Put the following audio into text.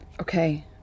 Okay